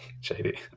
Shady